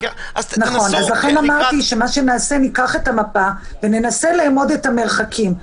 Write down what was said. לכן אמרתי שניקח את המפה וננסה לאמוד את המרחקים.